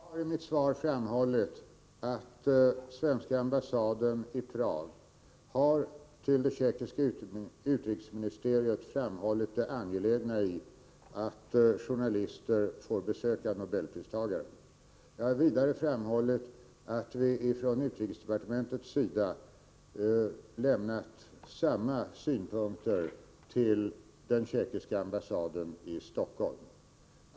Herr talman! Jag har i mitt svar sagt att svenska ambassaden i Prag till det tjeckiska utrikesministeriet framhållit det angelägna i att journalister får besöka nobelpristagaren. Jag har vidare framhållit att vi från utrikesdepartementets sida framfört samma synpunkter till den tjeckiska ambassaden i Stockholm.